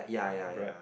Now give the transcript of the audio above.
bread